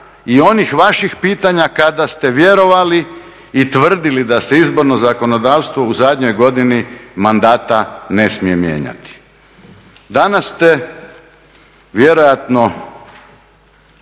i onih vaših pitanja kada ste vjerovali i tvrdili da se izborno zakonodavstvo u zadnjoj godini mandata ne smije mijenjati. Danas ste vjerojatno